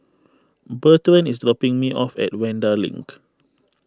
Bertrand is dropping me off at Vanda Link